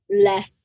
less